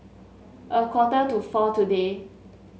a quarter to four today